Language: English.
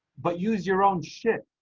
but use your own shit.